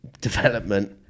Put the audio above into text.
development